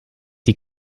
die